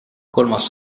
kolmas